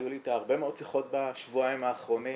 היו לי איתה הרבה מאוד שיחות בשבועיים האחרונים